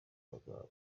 amagambo